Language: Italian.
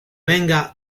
venga